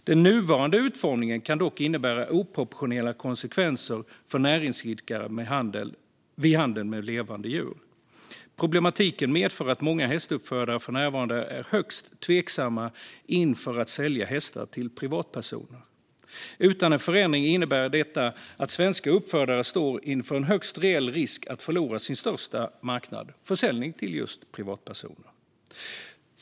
Den nuvarande utformningen kan dock innebära oproportionerliga konsekvenser för näringsidkare vid handel med levande djur. Problematiken medför att många hästuppfödare för närvarande är högst tveksamma inför att sälja hästar till privatpersoner. Utan en förändring innebär detta att svenska uppfödare står inför en högst reell risk att förlora sin största marknad: försäljning till privatpersoner.